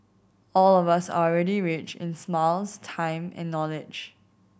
all of us are already rich in smiles time and knowledge